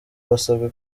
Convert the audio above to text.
basabwe